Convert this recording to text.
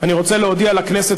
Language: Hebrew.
אני רוצה להודיע לכנסת,